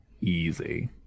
easy